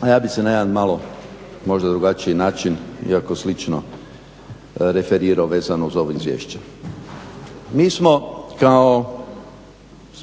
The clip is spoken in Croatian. A ja bih se na jedan malo možda drugačiji način iako slično referirao vezano za ovo izvješće. Mi smo kao,